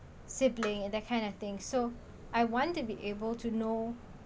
sibling and that kind of thing so I want to be able to know